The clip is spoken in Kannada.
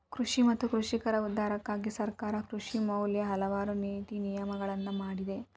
ಕೃಷಿ ಮತ್ತ ಕೃಷಿಕರ ಉದ್ಧಾರಕ್ಕಾಗಿ ಸರ್ಕಾರ ಕೃಷಿ ಮ್ಯಾಲ ಹಲವಾರು ನೇತಿ ನಿಯಮಗಳನ್ನಾ ಮಾಡಿದೆ